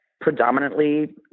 predominantly